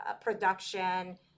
production